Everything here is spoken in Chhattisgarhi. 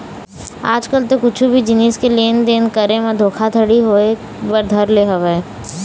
आज कल तो कुछु भी जिनिस के लेन देन करे म धोखा घड़ी होय बर धर ले हवय